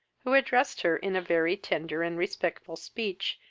who addressed her in a very tender and respectful speech,